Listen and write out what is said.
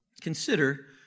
Consider